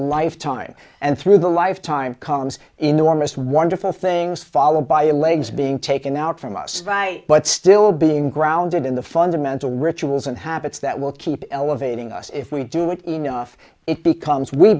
life time and through the life time comes enormous wonderful things followed by a legs being taken out from us by but still being grounded in the fundamental rituals and habits that will keep elevating us if we do it enough it becomes we